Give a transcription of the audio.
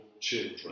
children